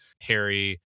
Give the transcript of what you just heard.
Harry